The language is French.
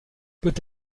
peut